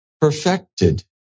perfected